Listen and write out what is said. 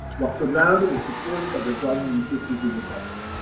while surrounded and supported by the brothers and sisters in recovery.